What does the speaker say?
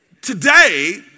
Today